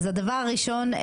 הדבר הראשון,